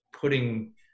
putting